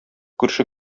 күрше